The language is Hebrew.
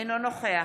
אינו נוכח